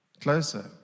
Closer